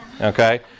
Okay